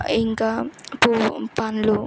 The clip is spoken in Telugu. ఇంకా పండ్లు